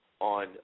on